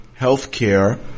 healthcare